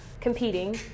competing